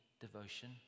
devotion